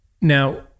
Now